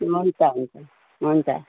हुन्छ हुन्छ हुन्छ